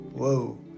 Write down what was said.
Whoa